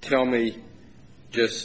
tell me just